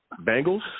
Bengals